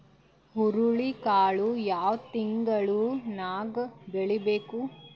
ಹುರುಳಿಕಾಳು ಯಾವ ತಿಂಗಳು ನ್ಯಾಗ್ ಬೆಳಿಬೇಕು?